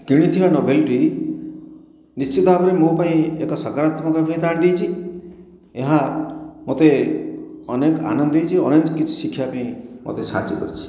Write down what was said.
କିଣିଥିବା ନୋଭେଲ୍ଟି ନିଶ୍ଚିତ ଭାବରେ ମୋ ପାଇଁ ଏକ ସକରାତ୍ମକ ଅଭିଜ୍ଞତା ଆଣି ଦେଇଛି ଏହା ମୋତେ ଅନେକ ଆନନ୍ଦ ଦେଇଛି ଅନେକ କିଛି ଶିଖିବା ପାଇଁ ମୋତେ ସାହାଯ୍ୟ କରିଛି